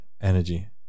energy